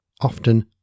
Often